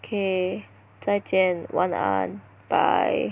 okay 再见晚安 bye